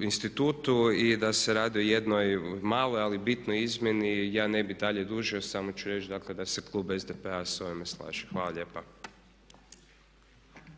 institutu i da se radi o jednoj maloj ali bitnoj izmjeni ja ne bi dalje dužio samo ću reći dakle da se klub SDP-a s ovim ne slaže. Hvala lijepa.